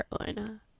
Carolina